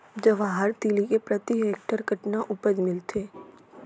जवाहर तिलि के प्रति हेक्टेयर कतना उपज मिलथे?